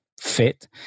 fit